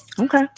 Okay